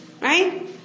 right